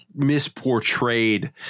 misportrayed